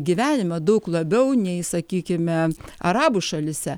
gyvenimą daug labiau nei sakykime arabų šalyse